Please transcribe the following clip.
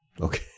Okay